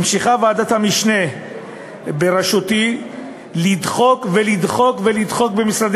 המשיכה ועדת המשנה בראשותי לדחוק ולדחוק ולדחוק במשרדי